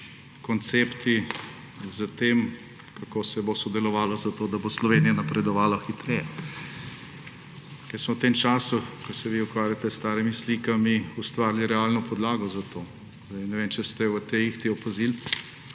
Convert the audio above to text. koncepti, s tem, kako se bo sodelovalo, da bo Slovenija napredovala hitreje. Ker smo v tem času, ko se vi ukvarjate s starimi slikami, ustvarili realno podlago za to. Ne vem, če ste v tej ihti opazili